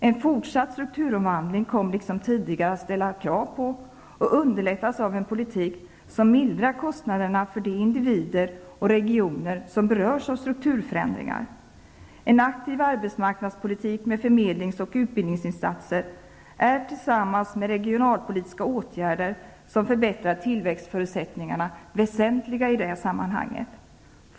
En fortsatt strukturomvandling kommer liksom tidigare att ställa krav på -- och underlättas av -- en politik som mildrar kostnaderna för de individer och regioner som berörs av strukturförändringar. En aktiv arbetsmarknadspolitik med förmedlings och utbildningsinsatser är tillsammans med regionalpolitiska åtgärder som förbättrar tillväxtförutsättningarna väsentliga i det sammanhanget.